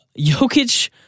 Jokic